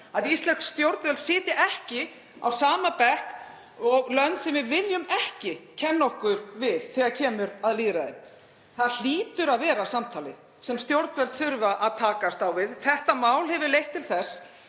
að íslensk stjórnvöld sitji ekki á sama bekk og lönd sem við viljum ekki kenna okkur við þegar kemur að lýðræði. Það hlýtur að vera samtalið sem stjórnvöld þurfa að takast á við. Þetta mál hefur leitt til þess